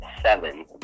seven